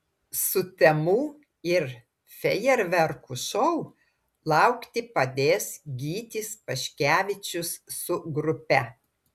sutemų ir fejerverkų šou laukti padės gytis paškevičius su grupe